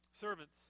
Servants